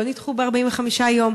לא נדחו ב-45 יום.